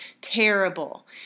terrible